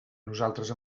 nosaltres